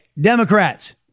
Democrats